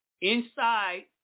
inside